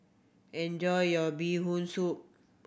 enjoy your Bee Hoon Soup